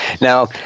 now